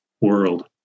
world